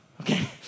okay